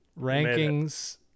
Rankings